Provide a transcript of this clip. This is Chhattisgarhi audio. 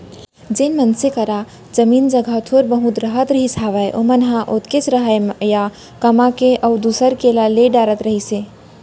जेन मनसे करा जमीन जघा थोर बहुत रहत रहिस हावय ओमन ह ओतकेच रखय या कमा के अउ दूसर के ला ले डरत रहिस हे